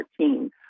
2014